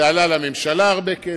זה עלה לממשלה הרבה כסף.